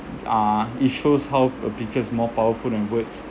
uh it shows how a picture is more powerful than words